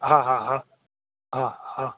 હા હા હા હા હા